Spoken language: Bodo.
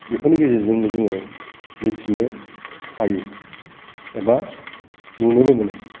बेफोरनि गेजेरजोंनो जोङो मिथिनो हायो एबा नुनोबो मोनो